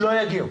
לא יגיעו,